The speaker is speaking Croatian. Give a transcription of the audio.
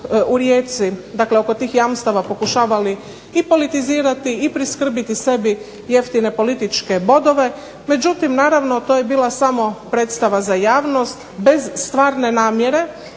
u Rijeci, dakle oko tih jamstava pokušavali i politizirati i priskrbiti sebi jeftine političke bodove. Međutim, naravno to je bila samo predstava za javnost bez stvarne namjere,